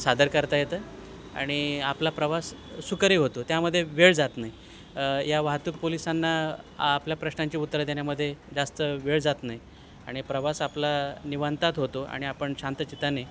सादर करता येतं आणि आपला प्रवास सुखकर होतो त्यामध्ये वेळ जात नाही या वाहतूक पोलिसांना आपल्या प्रश्नांचे उत्तर देण्यामध्ये जास्त वेळ जात नाही आणि प्रवास आपला निवांत होतो आणि आपण शांत चिताने